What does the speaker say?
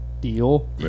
Deal